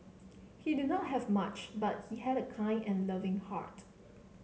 he did not have much but he had a kind and loving heart